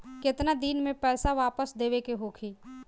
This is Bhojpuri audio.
केतना दिन में पैसा वापस देवे के होखी?